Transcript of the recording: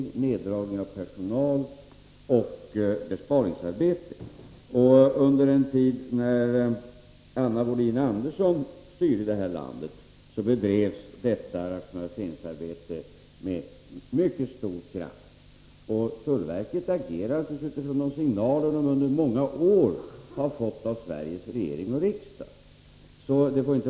Det har skett indragning av personal och bedrivits ett besparingsarbete. Under den tid när Anna Wohlin-Andersson styrde det här landet bedrevs detta rationaliseringsarbete med mycket stor kraft. Tullverket agerade naturligtvis utifrån de signaler som det under många år har fått av Sveriges regering och riksdag.